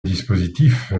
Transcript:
dispositif